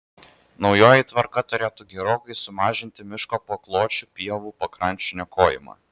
naujoji tvarka turėtų gerokai sumažinti miško pakločių pievų pakrančių niokojimą